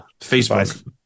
Facebook